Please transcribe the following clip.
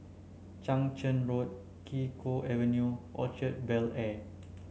Chang Charn Road Kee Choe Avenue Orchard Bel Air